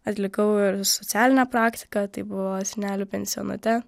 atlikau ir socialinę praktiką tai buvo senelių pensionate